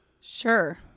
Sure